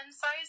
size